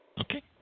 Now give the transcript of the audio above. Okay